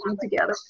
together